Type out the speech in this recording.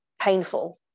painful